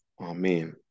amen